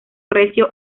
recio